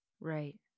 right